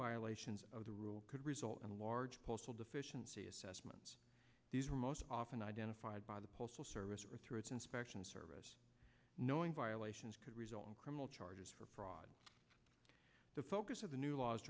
violations of the rule could result in large postal deficiency assessments these are most often identified by the postal service or through its inspection service knowing violations could result in criminal charges for fraud the focus of the new laws